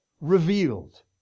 revealed